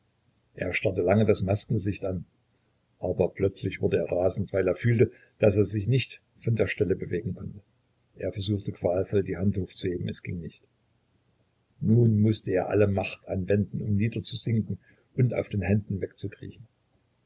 er starrte lange das maskengesicht an aber plötzlich wurde er rasend weil er fühlte daß er sich nicht von der stelle bewegen konnte er versuchte qualvoll die hand hochzuheben es ging nicht nun mußte er alle macht anwenden um niederzusinken und auf den händen wegzukriechen